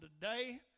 today